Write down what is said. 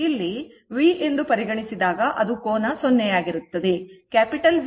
ಇಲ್ಲಿ v ಎಂದು ಪರಿಗಣಿಸಿದಾಗ ಅದು ಕೋನ 0 ಆಗಿರುತ್ತದೆ